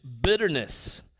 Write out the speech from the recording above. bitterness